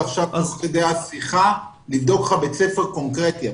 תוך כדי השיחה אני יכול לבדוק אפילו בית ספר באופן קונקרטי.